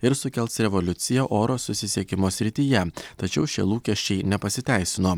ir sukels revoliuciją oro susisiekimo srityje tačiau šie lūkesčiai nepasiteisino